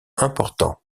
important